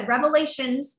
Revelations